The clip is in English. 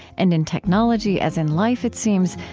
and in technology as in life, it seems,